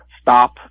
stop